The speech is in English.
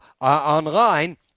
online